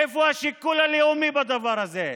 איפה השיקול הלאומי בדבר הזה?